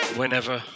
whenever